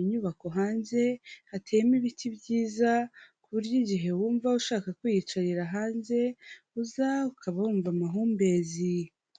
Inyubako hanze hateyemo ibiti byiza ku buryo igihe wumva ushaka kwiyicarira hanze uza ukaba wumva amahumbezi.